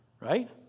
right